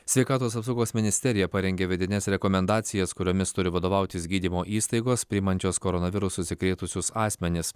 sveikatos apsaugos ministerija parengė vidines rekomendacijas kuriomis turi vadovautis gydymo įstaigos priimančios koronavirusu užsikrėtusius asmenis